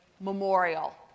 memorial